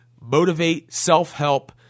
motivate-self-help